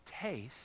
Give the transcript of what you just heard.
taste